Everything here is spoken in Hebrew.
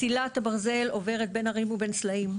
מסילת הברזל עוברת בין הרים ובין סלעים.